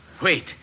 Wait